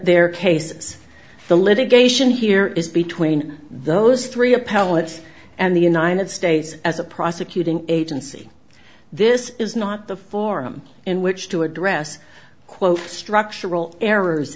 their cases the litigation here is between those three appellate and the united states as a prosecuting agency this is not the forum in which to address quote structural errors